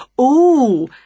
Ooh